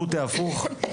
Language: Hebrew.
גוטה הפוך,